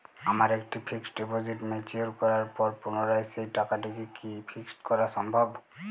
আমার একটি fixed deposit mature করার পর পুনরায় সেই টাকাটিকে কি ফিক্সড করা সম্ভব?